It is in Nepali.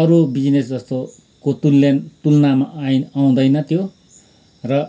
अरू बिजनेस जस्तोको तुल्यन तुलनामा आइन आउँदैन त्यो र